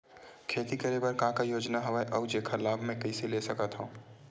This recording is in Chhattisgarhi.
खेती करे बर का का योजना हवय अउ जेखर लाभ मैं कइसे ले सकत हव?